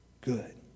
good